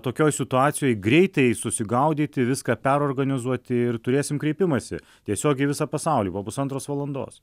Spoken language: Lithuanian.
tokioj situacijoj greitai susigaudyti viską perorganizuoti ir turėsim kreipimąsi tiesiogiai į visą pasaulį po pusantros valandos